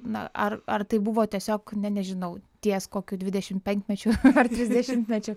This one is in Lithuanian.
na ar ar tai buvo tiesiog ne nežinau ties kokiu dvidešim penkmečiu ar trisdešimtmečiu